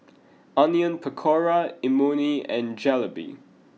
Onion Pakora Imoni and Jalebi